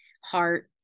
heart